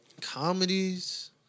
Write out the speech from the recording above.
comedies